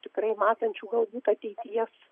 tikrai matančių galbūt ateities